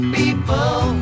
people